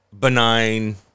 benign